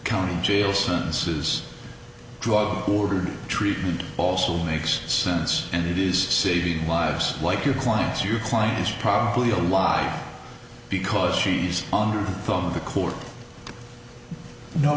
county jail sentences drug ordered treatment also makes sense and it is saving lives like your clients your clients probably a lot because she's on top of the court no